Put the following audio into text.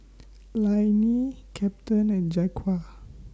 Lainey Captain and Jaquan